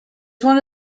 one